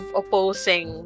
opposing